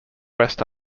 west